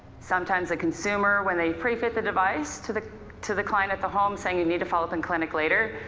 sometimes the consumer, when they pre-fit the device to the to the client at the home saying you need to follow up in clinic later,